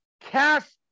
cast